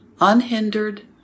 unhindered